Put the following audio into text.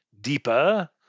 deeper